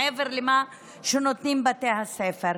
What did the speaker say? מעבר למה שנותנים בתי הספר.